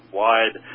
wide